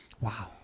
wow